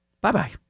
Bye-bye